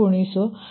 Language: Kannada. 03550